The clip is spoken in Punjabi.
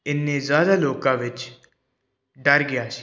ਇੰਨੇ ਜ਼ਿਆਦਾ ਲੋਕਾਂ ਵਿੱਚ ਡਰ ਗਿਆ ਜੀ